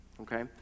okay